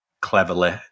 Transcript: cleverly